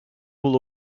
will